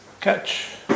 catch